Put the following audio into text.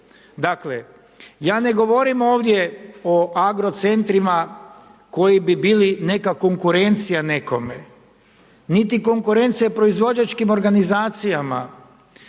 Dakle, ja ne govorim ovdje o agrocentrima, koji bi bili konkurencija nekome, niti konkurencija proizvođačkim organizacijama,